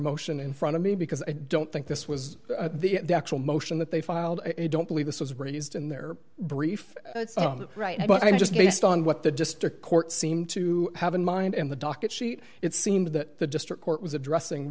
motion in front of me because i don't think this was the actual motion that they filed don't believe this was raised in their brief right now but i just based on what the district court seemed to have in mind in the docket sheet it seemed that the district court was addressing